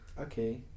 Okay